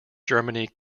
germany